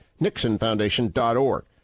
NixonFoundation.org